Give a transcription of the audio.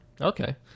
Okay